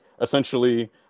essentially